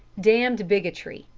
damned bigotry,